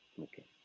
Okay